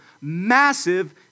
massive